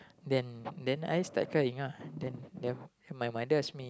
then then I start crying ah then then my mother ask me